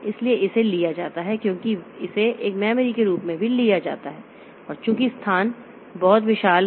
इसलिए इसे लिया जाता है क्योंकि इसे एक मेमोरी के रूप में भी लिया जाता है और चूंकि यह स्थान बहुत विशाल है